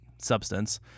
substance